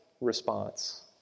response